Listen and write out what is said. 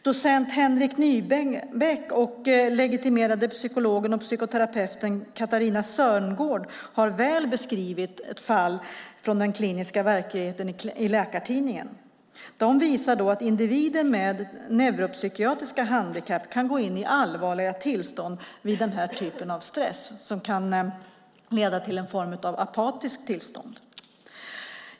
Docent Henrik Nybäck och legitimerade psykologen och psykoterapeuten Katarina Sörngård har i Läkartidningen väl beskrivit ett fall från den kliniska verkligheten. De visar att individer med neuropsykiatriska handikapp vid den här typen av stress kan gå in i allvarliga tillstånd som kan leda till en form av apatiskt tillstånd.